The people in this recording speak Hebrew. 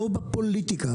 לא בפוליטיקה,